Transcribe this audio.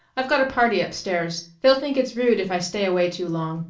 i've got a party up-stairs. they'll think it's rude if i stay away too long.